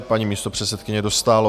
Paní místopředsedkyně Dostálová.